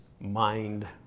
mind